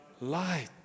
light